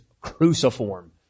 cruciform